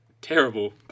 terrible